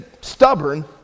stubborn